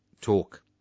talk